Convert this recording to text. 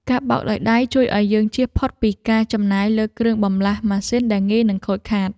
ការបោកដោយដៃជួយឱ្យយើងចៀសផុតពីការចំណាយលើគ្រឿងបន្លាស់ម៉ាស៊ីនដែលងាយនឹងខូចខាត។